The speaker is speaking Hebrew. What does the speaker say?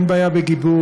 אין בעיה בגיבוי,